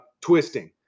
twisting